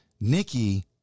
Nikki